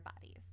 bodies